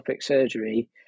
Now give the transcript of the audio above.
surgery